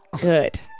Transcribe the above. Good